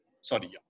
Sorry